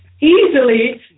easily